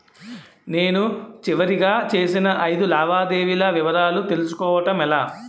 నేను చివరిగా చేసిన ఐదు లావాదేవీల వివరాలు తెలుసుకోవటం ఎలా?